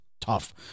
tough